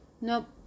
Nope